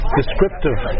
descriptive